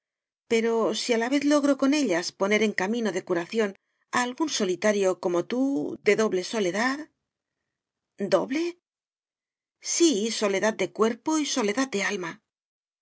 pero si a la vez logro con ellas poner en camino de curación a algún solitario como tú de doble soledad doble sí soledad de cuerpo y soledad de alma